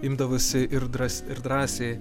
imdavosi ir drąs ir drąsiai